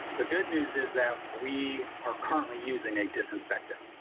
the good news is that we are currently using a disinfectant,